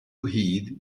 heed